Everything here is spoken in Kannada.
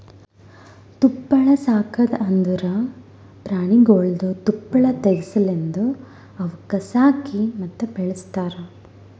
ತುಪ್ಪಳ ಸಾಕದ್ ಅಂದುರ್ ಪ್ರಾಣಿಗೊಳ್ದು ತುಪ್ಪಳ ತೆಗೆ ಸಲೆಂದ್ ಅವುಕ್ ಸಾಕಿ ಮತ್ತ ಬೆಳಸ್ತಾರ್